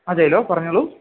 അതെയല്ലോ പറഞ്ഞുകൊള്ളൂ